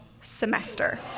semester